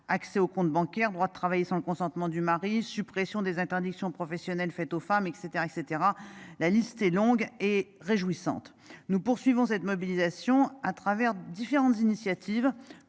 accès au compte bancaire doit travailler sans le consentement du mari, suppression des interdictions professionnelles faites aux femmes et caetera et caetera. La liste est longue et réjouissante. Nous poursuivons cette mobilisation à travers différentes initiatives